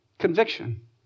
conviction